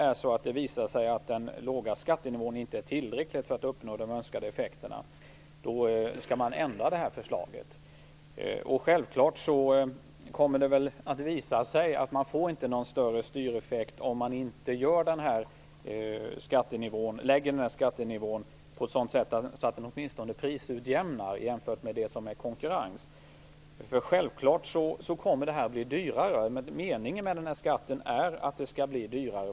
Visar det sig att den låga skattenivån inte är tillräcklig för att uppnå de önskade effekterna skall förslaget ändras. Det kommer självfallet att visa sig att man inte får någon större styreffekt om man inte lägger skattenivån på ett sådant sätt att den åtminstone prisutjämnar jämfört med det som är konkurrens. Självklart kommer det att bli dyrare. Meningen med skatten är att det skall bli dyrare.